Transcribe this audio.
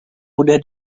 mudah